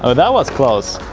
ah that was close!